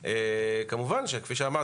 היום אין שום מנגנון, והכנסת לא מפקחת בכלל.